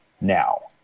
now